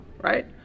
right